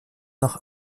noch